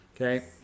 Okay